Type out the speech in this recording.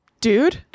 Dude